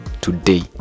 today